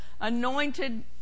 anointed